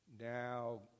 Now